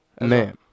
Man